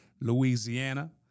Louisiana